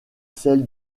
celle